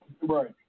Right